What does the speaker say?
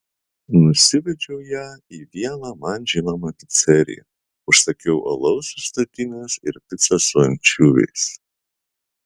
nusivedžiau ją į vieną man žinomą piceriją užsakiau alaus iš statinės ir picą su ančiuviais